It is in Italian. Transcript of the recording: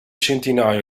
centinaio